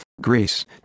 Greece